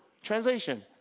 Translation